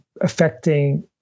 affecting